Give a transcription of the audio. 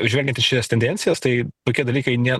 žvelgiant į šitas tendencijas tai tokie dalykai ne